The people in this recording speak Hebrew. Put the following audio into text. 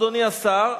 אדוני השר,